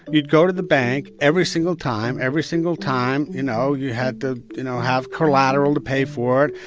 you'd go to the bank every single time. every single time, you know you had to you know have collateral to pay for it.